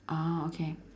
ah okay